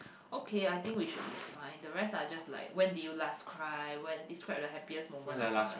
okay I think we should be fine the rest are just like when did you last cry when describe the happiest moment of your life